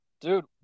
dude